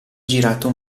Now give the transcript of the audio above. girato